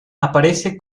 aparece